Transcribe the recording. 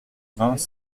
vingts